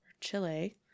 Chile